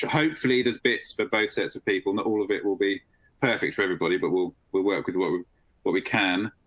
hopefully those bits for both sets of people. not all of it will be perfect for everybody, but will work with what we what we can.